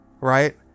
right